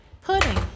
Pudding